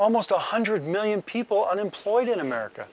almost one hundred million people unemployed in america